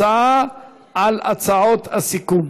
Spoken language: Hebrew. הצבעה על הצעות הסיכום.